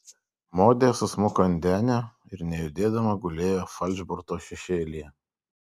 modė susmuko ant denio ir nejudėdama gulėjo falšborto šešėlyje